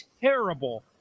terrible